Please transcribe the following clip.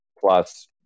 plus